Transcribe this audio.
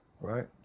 right